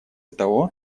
того